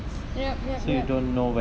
yup yup yup